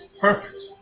Perfect